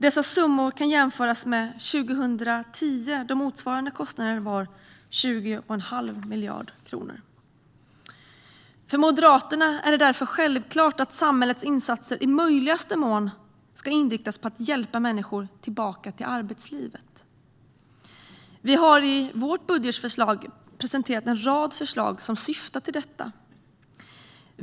Dessa summor kan jämföras med 2010, då motsvarande kostnader var 20 1⁄2 miljard kronor. För Moderaterna är det därför självklart att samhällets insatser i möjligaste mån ska inriktas på att hjälpa människor tillbaka till arbetslivet. Vi har i vårt budgetförslag presenterat en rad förslag som syftar till detta.